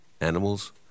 animals